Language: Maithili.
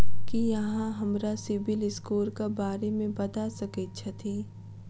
की अहाँ हमरा सिबिल स्कोर क बारे मे बता सकइत छथि?